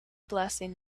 blessing